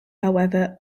however